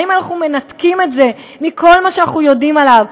האם אנחנו מנתקים את זה מכל מה שאנחנו יודעים עליו?